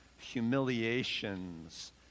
humiliations